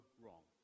wrong